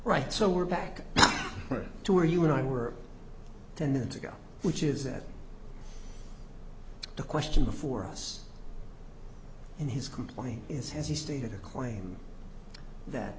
right so we're back to where you and i were ten minutes ago which is that the question before us in his complaint is has he stated a claim that